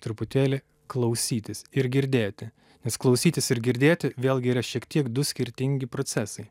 truputėlį klausytis ir girdėti nes klausytis ir girdėti vėlgi yra šiek tiek du skirtingi procesai